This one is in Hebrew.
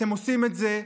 אתם עושים את זה,